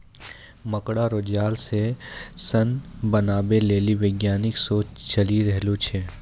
मकड़ा रो जाल से सन बनाबै लेली वैज्ञानिक शोध चली रहलो छै